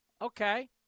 okay